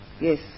yes